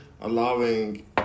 allowing